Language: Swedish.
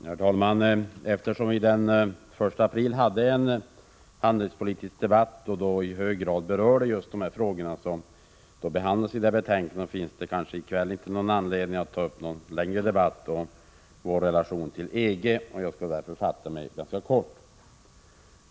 Herr talman! Eftersom vi den 1 april hade en handelspolitisk debatt och då i hög grad berörde just de frågor som behandlas i betänkandet, finns det i kväll inte någon anledning att ta upp någon längre debatt om vår relation till EG. Jag skall därför fatta mig kort.